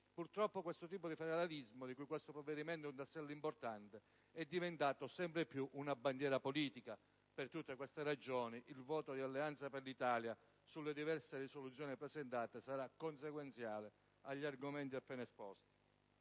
Purtroppo, questo tipo di federalismo, di cui il provvedimento in esame è un tassello importante, è diventato sempre più una bandiera politica. Per tutte queste ragioni, il voto di Alleanza per l'Italia sulle diverse risoluzioni presentate sarà consequenziale agli argomenti appena esposti.